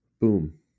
boom